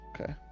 Okay